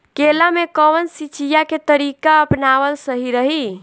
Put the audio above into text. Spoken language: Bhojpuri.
केला में कवन सिचीया के तरिका अपनावल सही रही?